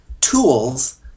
tools